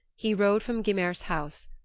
he rode from gymer's house,